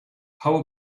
how